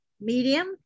medium